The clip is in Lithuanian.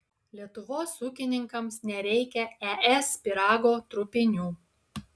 lietuvos ūkininkams nereikia es pyrago trupinių